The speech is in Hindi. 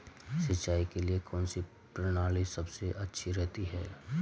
सिंचाई के लिए कौनसी प्रणाली सबसे अच्छी रहती है?